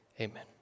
Amen